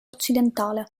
occidentale